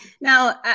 Now